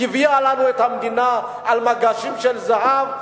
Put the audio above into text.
הביא לנו את המדינה על מגשים של זהב.